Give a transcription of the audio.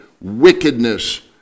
wickedness